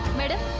madam